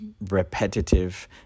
repetitive